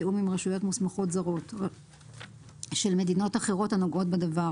בתיאום עם רשויות מוסמכות זרות של מדינות אחרות הנוגעות בדבר